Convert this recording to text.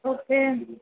okay